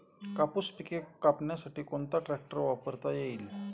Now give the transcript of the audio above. कापूस पिके कापण्यासाठी कोणता ट्रॅक्टर वापरता येईल?